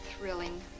thrilling